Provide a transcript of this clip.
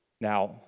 Now